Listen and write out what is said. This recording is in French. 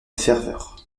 ferveur